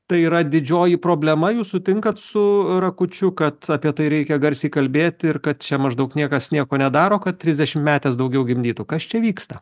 tai yra didžioji problema jūs sutinkat su rakučiu kad apie tai reikia garsiai kalbėt ir kad čia maždaug niekas nieko nedaro kad trisdešimtmetės daugiau gimdytų kas čia vyksta